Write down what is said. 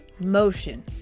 motion